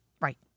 Right